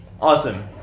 Awesome